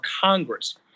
Congress